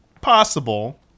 possible